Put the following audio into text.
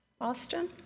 Austin